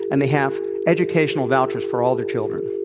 and they have educational vouchers for all their children.